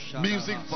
Music